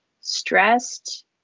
stressed